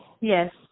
yes